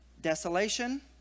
Desolation